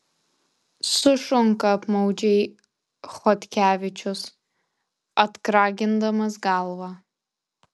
sušunka apmaudžiai chodkevičius atkragindamas galvą